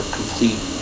complete